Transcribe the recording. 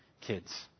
kids